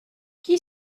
qui